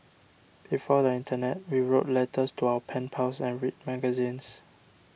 before the internet we wrote letters to our pen pals and read magazines